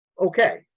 okay